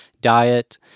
diet